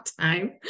time